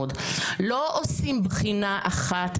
דחוף של מספר חברי כנסת בנושא ביטול הבגרויות בתחומי הדת,